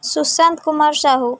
Sushant Kumar Sahu